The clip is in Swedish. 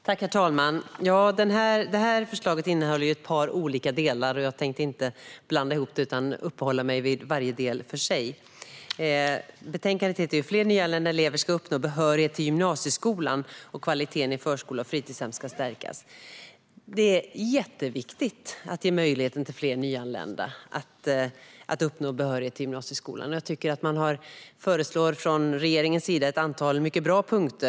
Herr talman! Det här förslaget innehåller ju ett par olika delar. Jag tänkte inte blanda ihop dem utan uppehålla mig vid varje del för sig. Betänkandet heter Fler nyanlända elever ska uppnå behörighet till gymnasieskolan och kvaliteten i förskola och fritidshem ska stärkas . Det är jätteviktigt att ge fler nyanlända möjlighet att uppnå behörighet till gymnasieskolan, och jag tycker att regeringen föreslår ett antal mycket bra punkter.